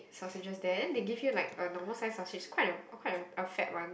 sausages then they give you like a normal size sausage quite a quite a a fat one